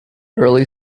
early